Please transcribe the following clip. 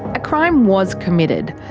a crime was committed.